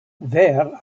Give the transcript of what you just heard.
there